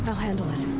handle it.